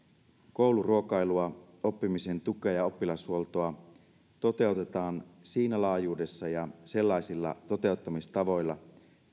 kouluruokailua oppimisen tukea ja oppilashuoltoa toteutetaan siinä laajuudessa ja sellaisilla toteuttamistavoilla